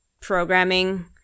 programming